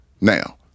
now